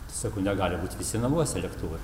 sakau negali būt visi namuose lėktuvai